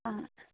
आं